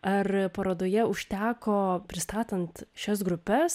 ar parodoje užteko pristatant šias grupes